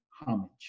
homage